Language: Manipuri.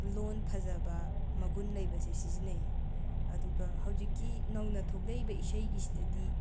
ꯂꯣꯟ ꯐꯖꯕ ꯃꯒꯨꯟ ꯂꯩꯕꯁꯦ ꯁꯤꯖꯤꯟꯅꯩꯌꯦ ꯑꯗꯨꯒ ꯍꯧꯖꯤꯛꯀꯤ ꯅꯧꯅ ꯊꯣꯛꯂꯛꯏꯕ ꯏꯁꯩꯒꯤꯁꯤꯗꯗꯤ